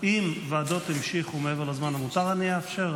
אם ועדות המשיכו מעבר לזמן המותר, אני אאפשר.